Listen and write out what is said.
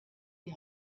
die